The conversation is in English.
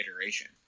iteration